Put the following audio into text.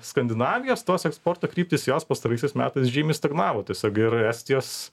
skandinavijos tos eksporto kryptys jos pastaruosiais metais žymiai stagnavo tiesiog ir estijos